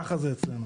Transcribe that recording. ככה זה אצלנו.